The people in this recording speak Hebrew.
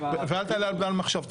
ואל תעלה על דל מחשבתך,